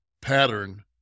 pattern